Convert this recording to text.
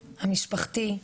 המשפחתי,